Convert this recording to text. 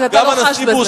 רק אתה לא חש בזה.